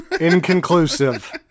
Inconclusive